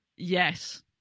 Yes